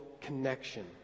connection